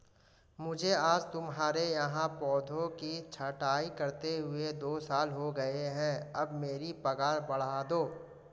मुझे आज तुम्हारे यहाँ पौधों की छंटाई करते हुए दो साल हो गए है अब मेरी पगार बढ़ा दो